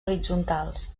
horitzontals